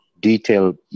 detailed